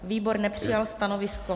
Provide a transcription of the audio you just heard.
Výbor nepřijal stanovisko.